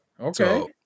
okay